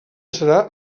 serà